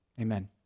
Amen